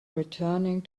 returning